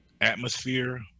atmosphere